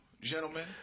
gentlemen